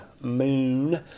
Moon